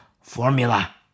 formula